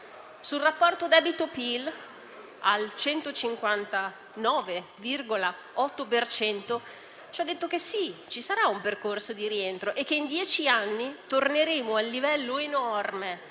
Sul rapporto debito-PIL al 159,8 per cento, ci ha detto che, sì, ci sarà un percorso di rientro e che in dieci anni torneremo al livello enorme